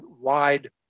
wide